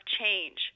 change